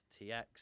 TX